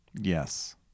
Yes